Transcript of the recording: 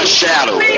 shadow